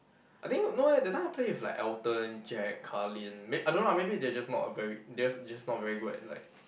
I think no leh that time I play with like Elton Jack Carlyn m~ I don't know lah maybe they're just not a very just just not very good at like